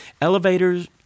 elevators